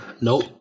Nope